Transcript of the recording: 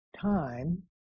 time